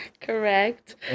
correct